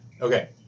okay